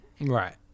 Right